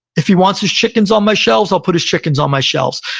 if he wants his chickens on my shelves, i'll put his chickens on my shelves.